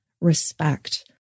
respect